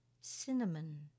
cinnamon